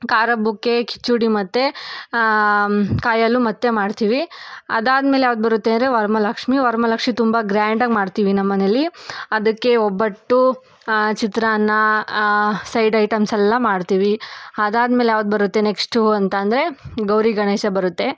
ಕಾರ ಹಬ್ಬಕ್ಕೆ ಕಿಚಡಿ ಮತ್ತು ಕಾಯಿ ಹಾಲು ಮತ್ತೆ ಮಾಡ್ತೀವಿ ಅದಾದಮೇಲೆ ಯಾವ್ದು ಬರುತ್ತೆ ಅಂದರೆ ವರಮಹಾಲಕ್ಷ್ಮಿ ವರಮಹಾಲಕ್ಷ್ಮಿ ತುಂಬ ಗ್ರ್ಯಾಂಡಾಗಿ ಮಾಡ್ತೀವಿ ನಮ್ಮನೇಲಿ ಅದಕ್ಕೆ ಒಬ್ಬಟ್ಟು ಚಿತ್ರಾನ್ನ ಸೈಡ್ ಐಟಮ್ಸ್ ಎಲ್ಲ ಮಾಡ್ತೀವಿ ಅದಾದಮೇಲೆ ಯಾವ್ದು ಬರುತ್ತೆ ನೆಕ್ಸ್ಟು ಅಂತ ಅಂದರೆ ಗೌರಿ ಗಣೇಶ ಬರುತ್ತೆ